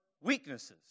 weaknesses